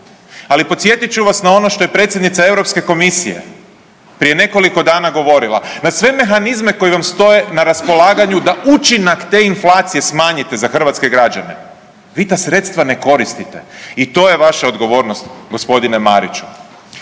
Ali podsjetit ću vas na ono što je predsjednica Europske komisije prije nekoliko dana govorila, na sve mehanizme koji vam stoje na raspolaganju da učinak te inflacije smanjite za hrvatske građane. Vi ta sredstva ne koristite i to je vaša odgovornost g. Mariću.